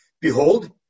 Behold